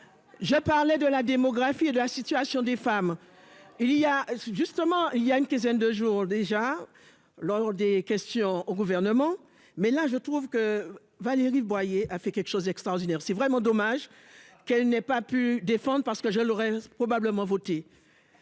Je parlais de la démographie et de la situation des femmes. Il y a justement, il y a une quinzaine de jours déjà lors des questions au gouvernement, mais là je trouve que Valérie Boyer a fait quelque chose d'extraordinaire. C'est vraiment dommage qu'elle n'ait pas pu défendre parce que je l'aurais probablement voter.